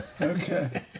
okay